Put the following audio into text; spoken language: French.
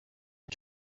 une